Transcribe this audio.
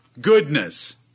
goodness